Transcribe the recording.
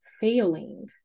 failing